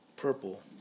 Purple